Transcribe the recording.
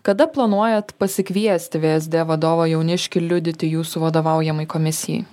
kada planuojat pasikviesti vsd vadovą jauniškį liudyti jūsų vadovaujamai komisijai